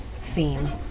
theme